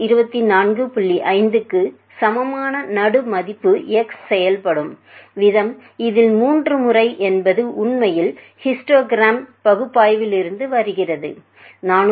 5 க்கு சமமான நடு மதிப்பு x செயல்படும் விதம் இதில் 3 முறை என்பது உண்மையில் ஹிஸ்டோகிராம் பகுப்பாய்விலிருந்து வருகிறது 434